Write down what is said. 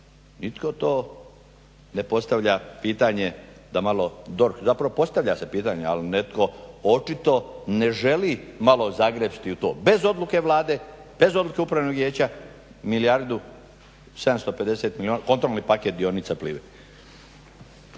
nitko to ne postavlja pitanje da malo DORH zapravo postavlja se pitanje ali netko očito ne želi malo zagrepsti u to, bez odluke Vlade bez odluke upravnog vijeća milijardu 750 milijuna kontrolni paket dionica Plive.